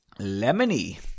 lemony